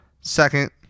second